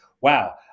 wow